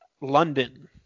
London